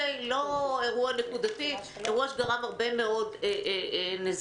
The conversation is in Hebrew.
לא אירוע נקודתי אירוע שגרם להרבה מאוד נזקים.